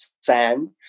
Sand